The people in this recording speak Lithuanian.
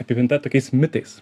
apipinta tokiais mitais